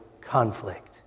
conflict